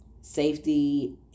safety